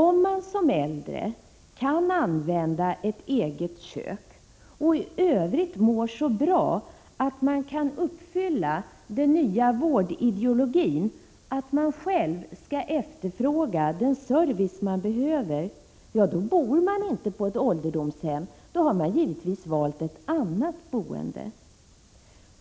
Om man som äldre kan använda ett eget kök och i övrigt mår så bra att man kan uppfylla den nya ”vårdideologin” att man själv skall efterfråga den service man behöver, då bor man inte på ett Prot. 1986/87:104 ålderdomshem, då har man givetvis valt ett annat boende.